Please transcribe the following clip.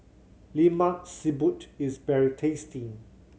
Lemak Siput is very tasty